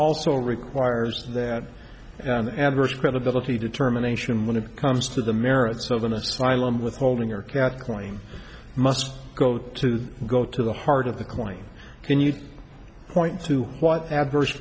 also requires that adverse credibility determination when it comes to the merits of an asylum withholding your claim must go to go to the heart of the claim can you point to what adverse